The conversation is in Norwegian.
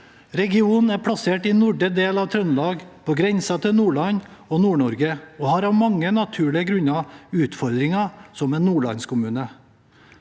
Regionen er plassert i nordre del av Trøndelag, på grensen til Nordland og Nord-Norge, og har av mange naturlige grunner utfordringer som en nordlandskommune.